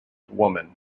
woman